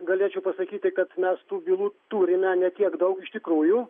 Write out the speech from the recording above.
galėčiau pasakyti kad mes tų bylų turime ne tiek daug iš tikrųjų